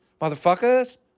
motherfuckers